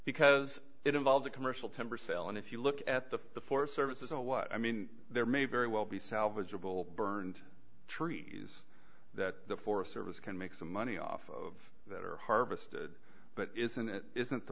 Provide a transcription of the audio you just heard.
because it involves a commercial timber sale and if you look at the forest service is what i mean there may very well be salvageable burned trees that the forest service can make some money off of that are harvested but isn't it isn't the